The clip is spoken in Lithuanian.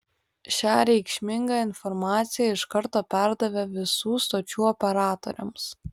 šią reikšmingą informaciją iš karto perdavė visų stočių operatoriams